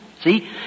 See